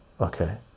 okay